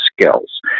skills